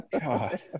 God